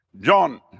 John